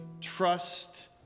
trust